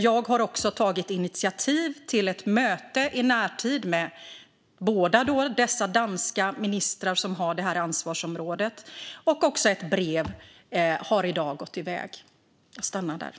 Jag har också tagit initiativ till ett möte i närtid med de båda danska ministrar som har det här ansvarsområdet. Ett brev har också gått iväg i dag.